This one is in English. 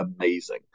amazing